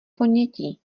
ponětí